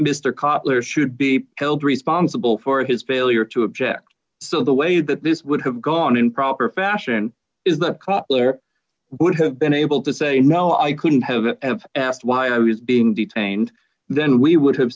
kopper should be held responsible for his failure to object so the way that this would have gone in proper fashion is that cutler would have been able to say no i couldn't have have asked why i was being detained then we would have